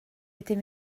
wedyn